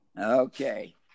Okay